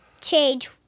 change